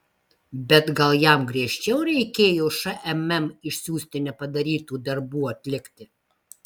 bet gal jam griežčiau reikėjo šmm išsiųsti nepadarytų darbų atlikti